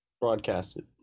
Broadcasted